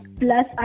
plus